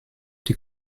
die